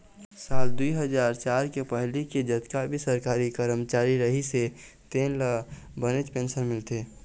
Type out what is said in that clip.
साल दुई हजार चार के पहिली के जतका भी सरकारी करमचारी रहिस हे तेन ल बनेच पेंशन मिलथे